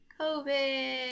COVID